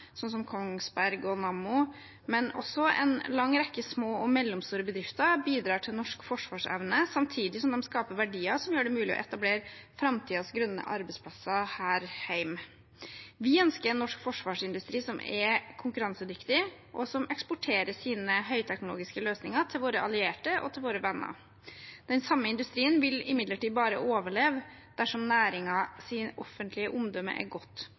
som Kongsberg Gruppen og Nammo, men også en lang rekke små og mellomstore bedrifter bidrar til norsk forsvarsevne samtidig som de skaper verdier som gjør det mulig å etablere framtidens grønne arbeidsplasser her hjemme. Vi ønsker en norsk forsvarsindustri som er konkurransedyktig, og som eksporterer sine høyteknologiske løsninger til våre allierte og til våre venner. Den samme industrien vil imidlertid bare overleve dersom næringens offentlige omdømme er godt.